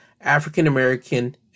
African-American